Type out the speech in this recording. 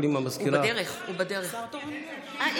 אבל אם המזכירה --- אני מייצג את כולם.